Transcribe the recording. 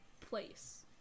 Place